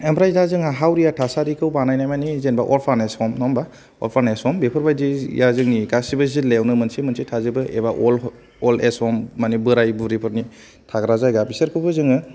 ओमफ्राय दा जोंहा हावरिया थासारिखौ बानायनाय माने जेनेबा अर्फानेज हम नङा होनबा अर्फानेज हम बेफोरबायदिया जोंनि गासैबो जिलायावनो मोनसे मोनसे थाजोबो एबा अल अल्ड एज हम बे बोराइ बुरैफोरनि थाग्रा जायगा बिसोरखौबो जोङो